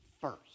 first